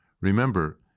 Remember